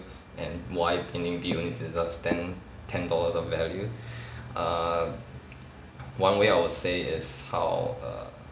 and why painting B only deserves ten ten dollars of value err one way I would say is how err